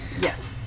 Yes